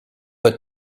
but